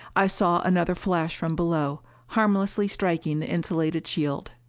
i saw another flash from below, harmlessly striking the insulated shield.